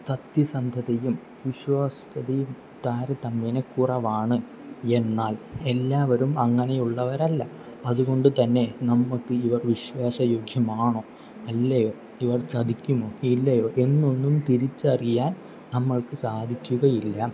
സത്യസന്ധതയും വിശ്വാസ്യതയും താരതമ്യേനെ കുറവാണ് എന്നാൽ എല്ലാവരും അങ്ങനെയുള്ളവരല്ല അതുകൊണ്ടുതന്നെ നമുക്ക് ഇവർ വിശ്വാസയോഗ്യമാണോ അല്ലയോ ഇവർ ചതിക്കുമോ ഇല്ലയോ എന്നൊന്നും തിരിച്ചറിയാൻ നമ്മൾക്ക് സാധിക്കുകയില്ല